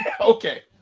Okay